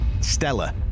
Stella